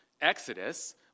Exodus